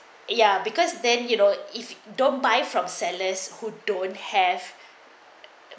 ya because then you know if don't buy from sellers who don't have